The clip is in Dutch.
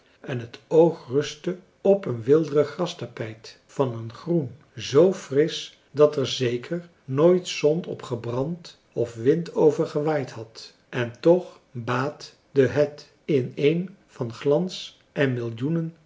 en het oog rustte op een weelderig grastapijt van een groen z frisch dat er zeker françois haverschmidt familie en kennissen nooit zon op gebrand of wind over gewaaid had en toch baad de het in een van glans en millioenen